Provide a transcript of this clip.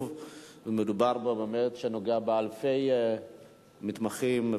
ומדובר באמת בנושא שנוגע באלפי מתמחים.